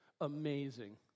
amazing